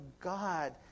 God